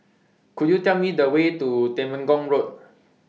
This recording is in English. Could YOU Tell Me The Way to Temenggong Road